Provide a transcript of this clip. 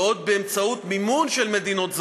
ועוד באמצעות מימון של מדינות זרות.